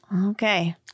Okay